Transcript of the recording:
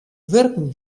wurken